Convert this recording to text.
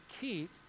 keep